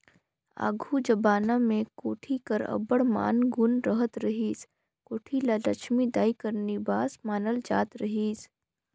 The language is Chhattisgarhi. आघु जबाना मे कोठी कर अब्बड़ मान गुन रहत रहिस, कोठी ल लछमी दाई कर निबास मानल जात रहिस